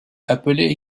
appelée